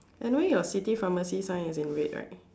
anyway your city pharmacy sign is in red right